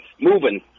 moving